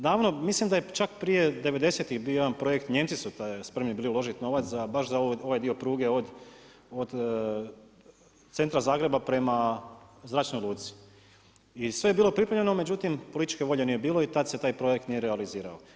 Davno mislim da je čak prije devedesetih bio jedan projekt Nijemci su spremni bili uložiti novac baš za ovaj dio pruge od centra Zagreba prema zračnoj luci i sve je bilo pripremljeno, međutim političke volje nije bilo i tada se taj projekt nije realizirao.